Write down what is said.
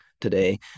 today